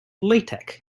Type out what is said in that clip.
latex